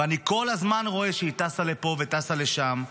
ואני כל הזמן רואה שהיא טסה לפה וטסה לשם,